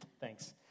Thanks